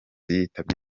yitabye